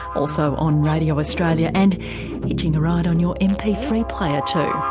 also on radio australia and hitching a ride on your m p three player too.